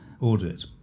audit